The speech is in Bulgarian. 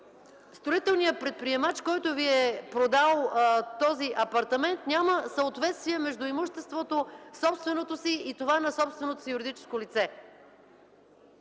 строителният предприемач, който Ви е продал този апартамент, няма съответствие между собственото си имущество и това на собственото си юридическо лице.